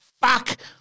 fuck